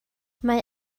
mae